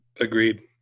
Agreed